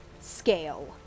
scale